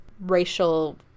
racial